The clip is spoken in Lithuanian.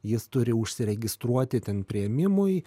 jis turi užsiregistruoti ten priėmimui